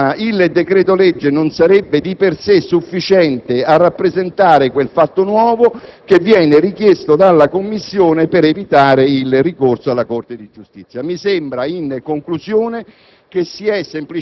il decreto‑legge non sarebbe di per sé sufficiente a rappresentare quel fatto nuovo che viene richiesto dalla Commissione per evitare il ricorso alla Corte di giustizia. Mi sembra, in conclusione,